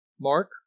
Mark